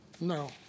No